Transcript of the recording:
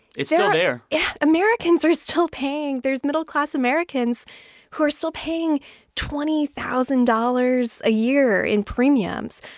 it's still there yeah. americans are still paying. there's middle-class americans who are still paying twenty thousand dollars a year in premiums.